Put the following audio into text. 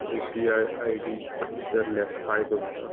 UPI ID इसरल्यास काय करुचा?